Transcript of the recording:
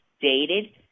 dated